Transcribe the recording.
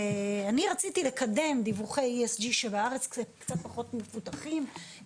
אני רציתי לקדם דיווחי ESG שבארץ הם קצת פחות מפותחים,